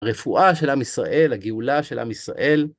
רפואה של עם ישראל, הגאולה של עם ישראל.